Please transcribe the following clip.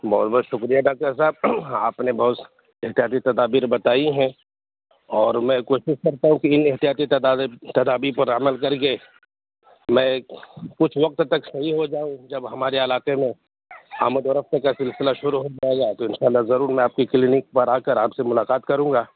بہت بہت شکریہ ڈاکٹر صاحب آپ نے بہت احتیاطی تدابیر بتائی ہیں اور میں کوشش کرتا ہوں کہ ان احتیاطی تدابیر تدابیر پہ عمل کر کے میں کچھ وقت تک صحیح ہو جاؤں جب ہمارے علاقے میں آمد و رفت کا سلسلہ شروع ہو جائے گا تو ان شاء اللہ ضرور میں آپ کی کلینک پر آ کر آپ سے ملاقات کروں گا